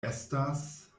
estas